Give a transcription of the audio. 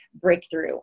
breakthrough